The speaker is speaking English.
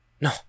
No